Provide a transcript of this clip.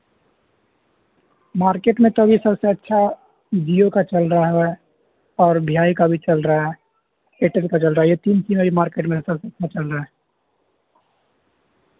market میں تو ابھی سب سے اچھا جیو کا چل رہا ہوا اور بی آئی کا بھی چل رہا ہے ایئرٹیل کا چل رہا ہے یہ تین تینوں ہی مارکیٹ میں سب سے اچھا چل رہا ہے